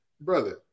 Brother